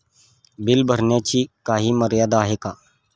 Bill भरण्याची काही मर्यादा आहे का?